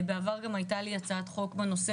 בעבר גם הייתה לי הצעת חוק בנושא,